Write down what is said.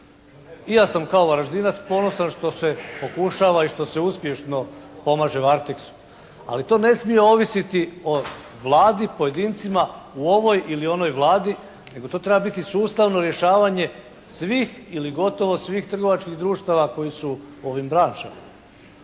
ja sam kao Varaždinac ponosan što se pokušava i što se uspješno pomaže "Varteksu". Ali to ne smije ovisiti o Vladi, pojedincima u ovoj ili onoj Vladi nego to treba biti sustavno rješavanje svih ili gotov svih trgovačkih društava koji su u ovim branšama.